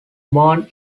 born